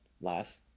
last